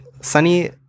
Sunny